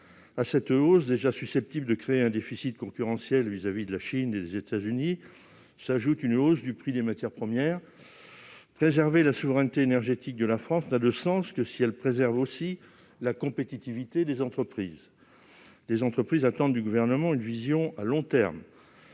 À cette hausse, déjà susceptible de créer un déficit concurrentiel vis-à-vis de la Chine et des États-Unis, s'ajoute une augmentation du prix des matières premières. Or préserver la souveraineté énergétique de la France n'a de sens que si l'on préserve aussi la compétitivité de nos entreprises, qui attendent du Gouvernement une vision à long terme,